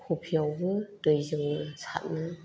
खफि आवबो दै जोङो सारो